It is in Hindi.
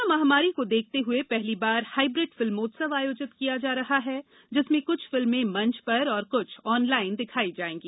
कोरोना महामारी को देखते हुए पहली बार हाइब्रिड फिल्मोत्सव आयोजित किया जा रहा है जिसमें कुछ फिल्में मंच पर और कुछ ऑनलाइन दिखाई जायेंगी